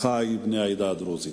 אחי בני העדה הדרוזית,